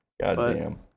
Goddamn